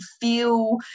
feel